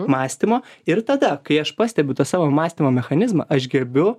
mąstymo ir tada kai aš pastebiu tą savo mąstymo mechanizmą aš gerbiu